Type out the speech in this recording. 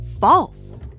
false